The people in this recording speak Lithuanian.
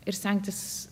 ir stengtis